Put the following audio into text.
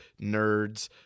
nerds